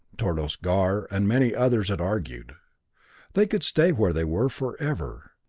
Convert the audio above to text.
tordos gar and many others had argued they could stay where they were forever,